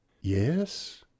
Yes